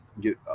get